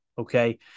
okay